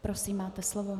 Prosím, máte slovo.